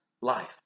life